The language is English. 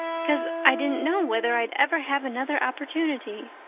because i didn't know whether i'd ever have another opportunity.